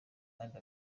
kandi